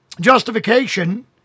Justification